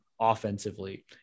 offensively